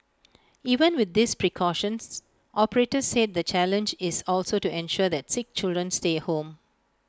even with these precautions operators said the challenge is also to ensure that sick children stay home